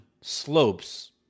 slopes